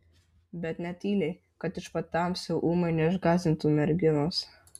bet ne tyliai kad iš patamsio ūmai neišgąsdintų merginos